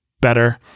better